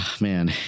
man